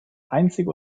einzige